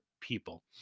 people